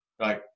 right